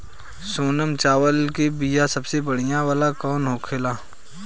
सोनम चावल के बीया सबसे बढ़िया वाला कौन होखेला?